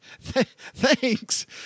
Thanks